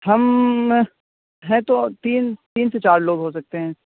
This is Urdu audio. ہمم ہیں تو تین تین سے چار لوگ ہوسکتے ہیں